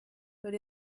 but